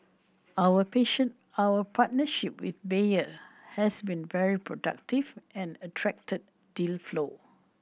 our patient our partnership with Bayer has been very productive and attracted deal flow